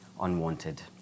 unwanted